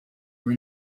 were